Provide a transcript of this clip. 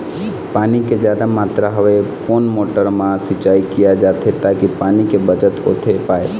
पानी के जादा मात्रा हवे कोन मोटर मा सिचाई किया जाथे ताकि पानी के बचत होथे पाए?